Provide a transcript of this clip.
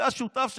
זה השותף שלך,